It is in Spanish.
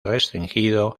restringido